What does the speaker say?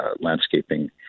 landscaping